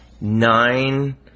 nine